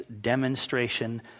demonstration